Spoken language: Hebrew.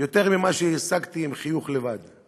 יותר ממה שהשגתי עם חיוך לבד.